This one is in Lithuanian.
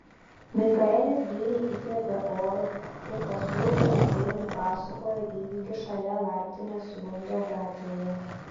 mikaelis giliai įkvėpė oro ir paskui glaustai nupasakojo įvykį šalia laiptinės lundo gatvėje